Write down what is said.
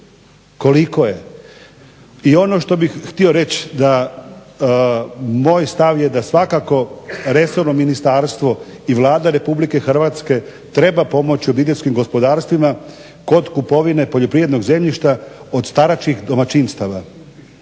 Koliko je? I ono što bih htio reći da moj stav je da svakako resorno ministarstvo i Vlada Republike Hrvatske treba pomoći OPG-ima kod kupovine poljoprivrednog zemljišta od staračkih domaćinstava